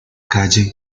calle